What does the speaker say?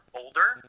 older